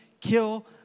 kill